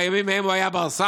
בימים ההם הוא היה בר-סמכא.